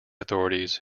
authorities